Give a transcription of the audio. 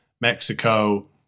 Mexico